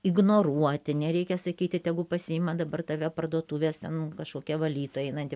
ignoruoti nereikia sakyti tegu pasiima dabar tave parduotuvės ten kažkokia valytoja einanti